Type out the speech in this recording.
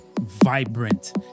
vibrant